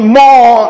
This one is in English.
more